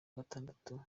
gatandatu